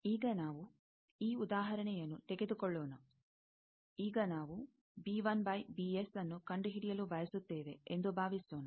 ಈಗ ನಾವು ಈ ಉದಾಹರಣೆಯನ್ನು ತೆಗೆದುಕೊಳ್ಳೋಣ ಈಗ ನಾವು ನ್ನು ಕಂಡುಹಿಡಿಯಲು ಬಯಸುತ್ತೇವೆ ಎಂದು ಭಾವಿಸೋಣ